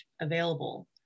available